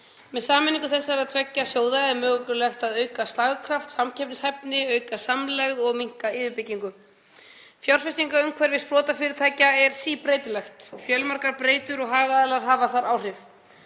Með sameiningu þessara tveggja sjóða er mögulegt að auka slagkraft, samkeppnishæfni, auka samlegð og minnka yfirbyggingu. Fjárfestingarumhverfi sprotafyrirtækja er síbreytilegt og fjölmargar breytur og hagaðilar hafa þar áhrif.